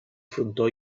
frontó